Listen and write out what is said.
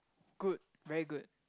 good very good